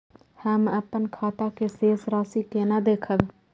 हम अपन खाता के शेष राशि केना देखब?